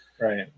right